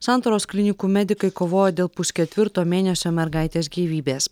santaros klinikų medikai kovoja dėl pusketvirto mėnesio mergaitės gyvybės